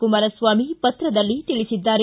ಕುಮಾರಸ್ವಾಮಿ ಪತ್ರದಲ್ಲಿ ತಿಳಿಸಿದ್ದಾರೆ